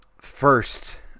first